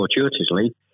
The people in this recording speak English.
fortuitously